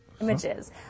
Images